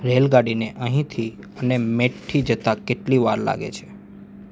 રેલગાડીને અહીંથી અને મેટથી જતાં કેટલી વાર લાગે છે